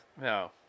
No